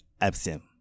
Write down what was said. absent